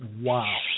Wow